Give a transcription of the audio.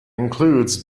includes